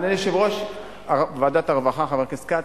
אדוני יושב-ראש ועדת הרווחה, חבר הכנסת כץ,